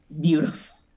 beautiful